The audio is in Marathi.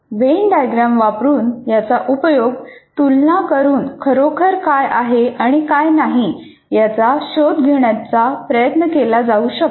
व्हेंन डायग्राम वापरुन याचा उपयोग तुलना करून खरोखर काय आहे आणि काय नाही याचा शोध घेण्याचा प्रयत्न केला जाऊ शकतो